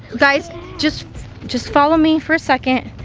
guys just just follow me for a second.